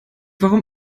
warum